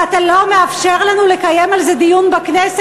ואתה לא מאפשר לנו לקיים על זה דיון בכנסת,